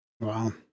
Wow